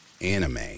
anime